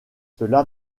cela